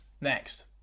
Next